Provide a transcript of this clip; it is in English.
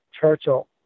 Churchill